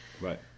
Right